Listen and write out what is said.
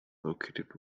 located